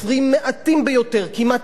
כמעט אין סופרים בארץ שיכולים,